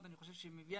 אני רק רוצה לברך